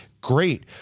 great